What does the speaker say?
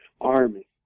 army